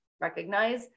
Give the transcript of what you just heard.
recognize